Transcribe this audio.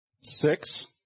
six